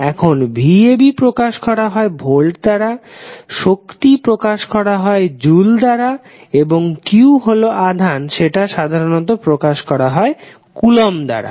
এখন vab প্রকাশ করা হয় ভোল্ট দ্বারা শক্তি প্রকাশ করা হয় জুল দ্বারা এবং q হল আধান যেটা সাধারানত প্রকাশ করা হয় কুলম্ব দ্বারা